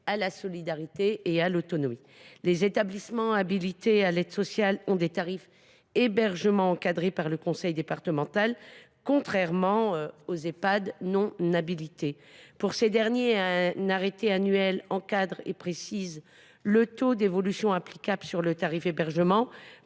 à la solidarité et à l’autonomie. Les établissements habilités à l’aide sociale ont des tarifs hébergement encadrés par le conseil départemental, contrairement aux Ehpad non habilités. Pour ces derniers, un arrêté annuel encadre et précise le taux d’évolution applicable au tarif hébergement